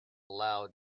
loud